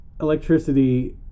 electricity